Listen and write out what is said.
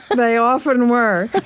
they often were,